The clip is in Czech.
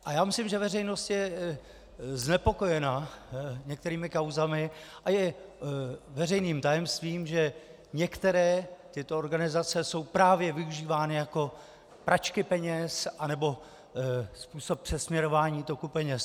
A já myslím, že veřejnost je znepokojena některými kauzami, a je veřejným tajemstvím, že některé tyto organizace jsou právě využívány jako pračky peněz anebo způsob přesměrování toku peněz.